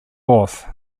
forth